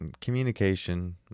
communication